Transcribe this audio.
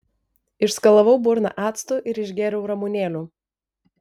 išskalavau burną actu ir išgėriau ramunėlių